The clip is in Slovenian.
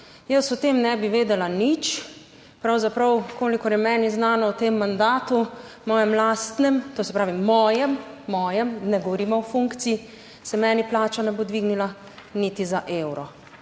Jaz o tem ne bi vedela nič, pravzaprav, kolikor je meni znano, v tem mandatu, mojem lastnem, to se pravi, mojem, mojem, ne govorimo o funkciji, se meni plača ne bo dvignila niti za evro,